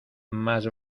más